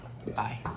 Bye